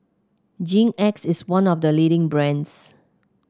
Hygin X is one of the leading brands